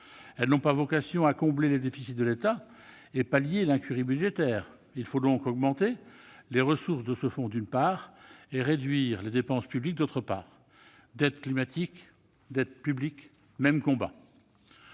Elles n'ont pas vocation à combler les déficits de l'État et pallier l'incurie budgétaire. Il faut donc augmenter les ressources de ce fonds, d'une part, et réduire les dépenses publiques, d'autre part. Dette climatique, dette publique, même combat